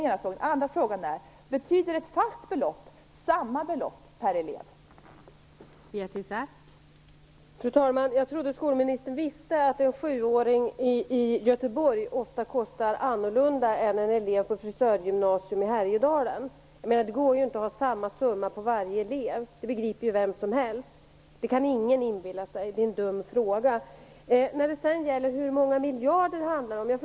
Jag undrar också: Betyder ett fast belopp att det handlar om samma belopp för varje elev?